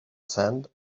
sand